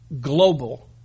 global